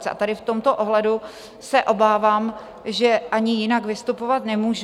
A tady v tomto ohledu se obávám, že ani jinak vystupovat nemůžu.